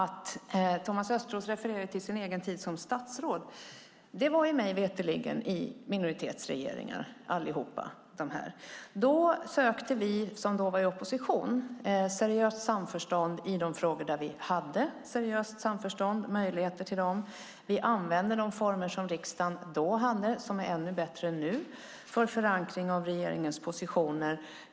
Thomas Östros refererade till sin egen tid som statsråd. Det var mig veterligen i minoritetsregeringar. Vi som då var i opposition sökte då seriöst samförstånd i de frågor där vi hade möjligheter till seriöst samförstånd. Vi använde de former som riksdagen hade då - former som nu är ännu bättre - för förankring av regeringens positioner.